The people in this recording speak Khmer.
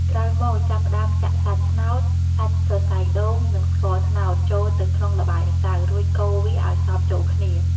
ក្រោយមក ចាប់ផ្ដើមចាក់សាច់ត្នោត សាច់សរសៃដូង និងស្ករត្នោត ចូលទៅក្នុងល្បាយម្សៅ រួចកូរវាឱ្យសព្វចូលគ្នា។